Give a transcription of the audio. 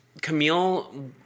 Camille